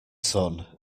son